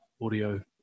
audio